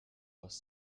was